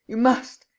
you must.